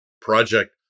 project